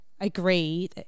agree